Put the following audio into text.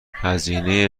هزینه